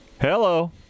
Hello